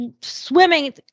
swimming